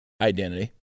identity